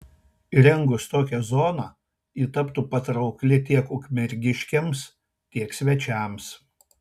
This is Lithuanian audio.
įrengus tokią zoną ji taptų patraukli tiek ukmergiškiams tiek svečiams